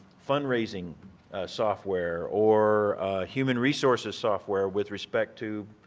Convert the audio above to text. fundraising software or human resources software with respect to,